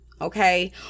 okay